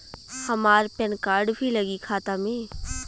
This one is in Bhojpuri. हमार पेन कार्ड भी लगी खाता में?